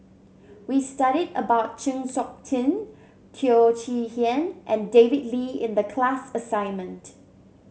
we studied about Chng Seok Tin Teo Chee Hean and David Lee in the class assignment